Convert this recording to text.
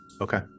Okay